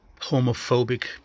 homophobic